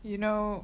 you know